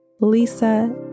Lisa